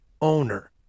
owner